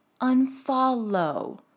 unfollow